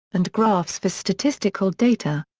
and graphs for statistical data.